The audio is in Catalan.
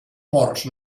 ports